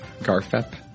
Garfep